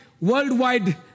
worldwide